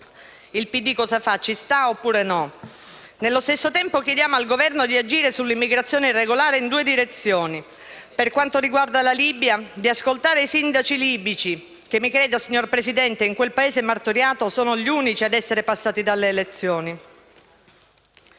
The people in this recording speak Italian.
Democratico, ci sta o no? Nello stesso tempo, chiediamo al Governo di agire sull'immigrazione irregolare in due direzioni: per quanto riguarda la Libia di ascoltare i sindaci libici, che mi creda, signor Presidente, in quel Paese martoriato sono gli unici a essere passati dalle elezioni.